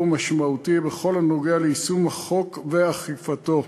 משמעותי בכל הנוגע ליישום החוק ואכיפתו.